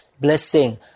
blessing